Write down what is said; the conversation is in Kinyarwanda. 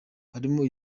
harimo